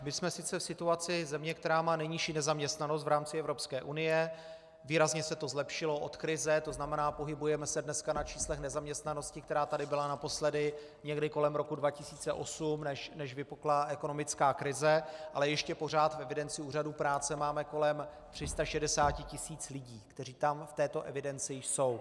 My jsme sice v situaci země, která má nejnižší nezaměstnanost v rámci Evropské unie, výrazně se to zlepšilo od krize, to znamená, pohybujeme se dnes na číslech nezaměstnanosti, která tady byla naposledy někdy kolem roku 2008, než vypukla ekonomická krize, ale ještě pořád v evidenci úřadů práce máme kolem 360 tisíc lidí, kteří v této evidenci jsou.